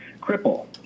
Cripple